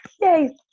Yay